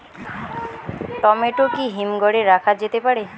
Tomato কি হিমঘর এ রাখা যেতে পারে?